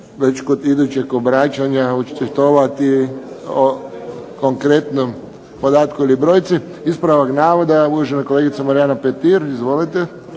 već kod idućeg obraćanja očitovati o konkretnom podatku ili brojci. Ispravak navoda, uvažena kolegica Marijana Petir. Izvolite.